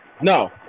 No